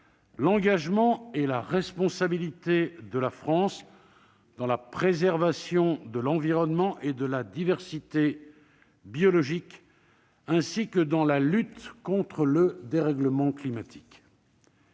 l'engagement et la responsabilité de la France dans la préservation de l'environnement et de la diversité biologique, ainsi que dans la lutte contre le dérèglement climatique.